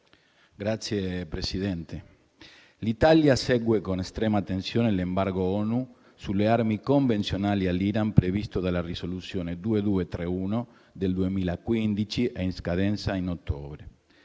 Signor Presidente, l'Italia segue con estrema attenzione l'*embargo* ONU sulle armi convenzionali all'Iran previsto dalla risoluzione 2231 del 2015 e in scadenza in ottobre.